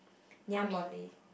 Ngee-Ann-Poly